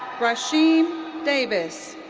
rashiem davis.